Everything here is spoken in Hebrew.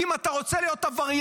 כי אם אתה רוצה להיות עבריין,